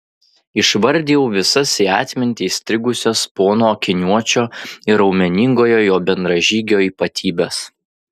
išvardijau visas į atmintį įstrigusias pono akiniuočio ir raumeningojo jo bendražygio ypatybes